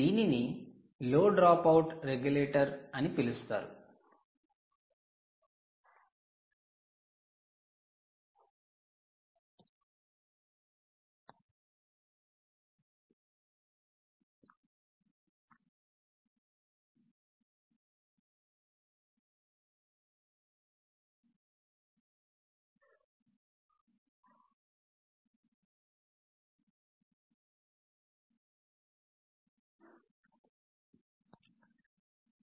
దీనిని 'low drop out regulator' 'low drop out regulator' అని పిలుస్తారు